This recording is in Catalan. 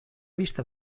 vista